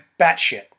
batshit